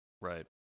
Right